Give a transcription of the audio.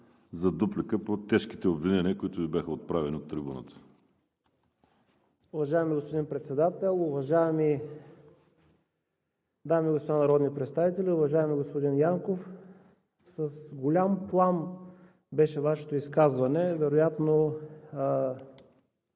за дуплика по тежките обвинения, които Ви бяха отправени от трибуната. МИНИСТЪР КОСТАДИН АНГЕЛОВ: Уважаеми господин Председател, уважаеми дами и господа народни представители! Уважаеми господин Янков, с голям плам беше Вашето изказване, вероятно